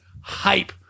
hype